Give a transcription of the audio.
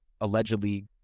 allegedly